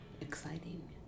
Exciting